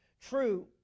true